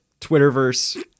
Twitterverse